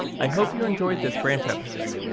i hope you enjoyed this branch episode.